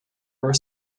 were